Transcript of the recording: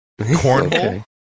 Cornhole